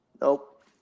Nope